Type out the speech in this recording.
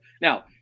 Now